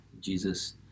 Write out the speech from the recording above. Jesus